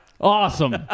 Awesome